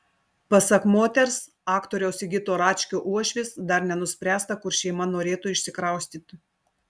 pasak moters aktoriaus sigito račkio uošvės dar nenuspręsta kur šeima norėtų išsikraustyti